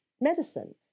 medicine